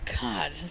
God